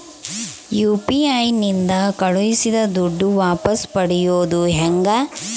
UPI ನಿಂದ ಕಳುಹಿಸಿದ ದುಡ್ಡು ವಾಪಸ್ ಪಡೆಯೋದು ಹೆಂಗ?